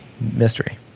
mystery